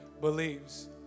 believes